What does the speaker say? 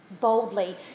boldly